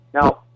Now